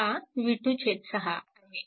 हा v2 6 आहे